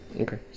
Okay